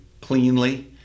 cleanly